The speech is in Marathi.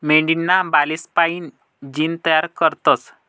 मेंढीना बालेस्पाईन जीन तयार करतस